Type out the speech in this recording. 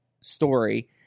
story